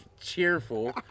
cheerful